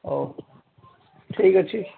ହଉ ଠିକ୍ ଅଛି